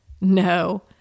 No